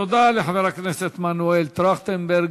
תודה לחבר הכנסת מנואל טרכטנברג.